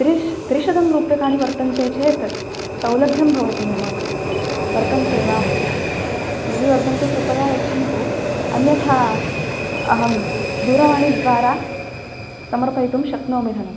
त्रिशतं रूप्यकाणि वर्तन्ते चेत् सौलभ्यं भवति मम वर्तन्ते वा यदि वर्तन्ते कृपया यच्छन्तु अन्यथा अहं दूरवाणीद्वारा समर्पयितुं शक्नोमि धनं